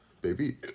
Baby